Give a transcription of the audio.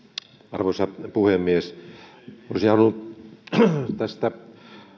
arvoisa puhemies olisin halunnut tästä